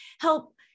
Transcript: help